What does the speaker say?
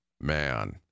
Man